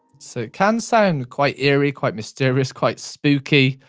so it can sound quite eerie, quite mysterious, quite spooky,